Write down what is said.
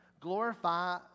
glorify